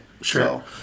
Sure